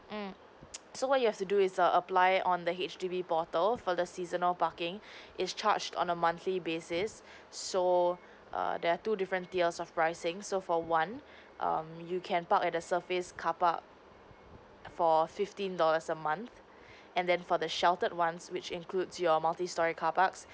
mm so what you have to do is err apply on the H_D_B portal for the seasonal parking it's charged on a monthly basis so err there are two different tiers of pricing so for one um you can park at the surface carpark for fifteen dollars a month and then for the sheltered ones which includes your multistorey carparks